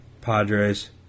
Padres